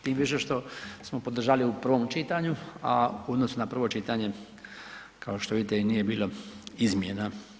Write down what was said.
Tim više što smo podržali u prvom čitanju, a u odnosu na prvo čitanje, kao što vidite i nije bilo izmjena.